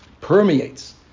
Permeates